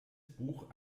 buch